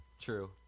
true